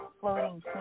floating